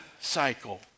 cycle